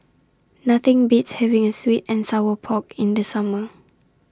Nothing Beats having A Sweet and Sour Pork in The Summer